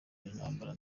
intambara